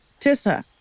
Tissa